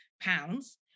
pounds